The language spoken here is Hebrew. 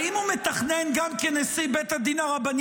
האם הוא מתכנן גם כנשיא בית הדין הרבני